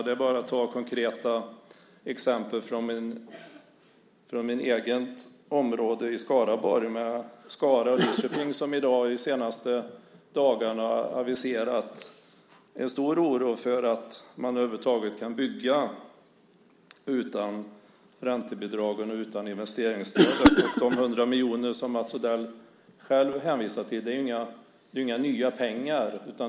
Det går att ta konkreta exempel från mitt eget område i Skaraborg, med Skara och Lidköping, som de senaste dagarna visat stor oro för om man över huvud taget kan bygga utan räntebidrag och utan investeringsstöd. De 100 miljoner som Mats Odell själv hänvisar till är inga nya pengar.